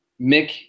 Mick